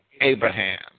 Abraham